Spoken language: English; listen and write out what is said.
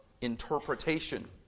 interpretation